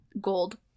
Gold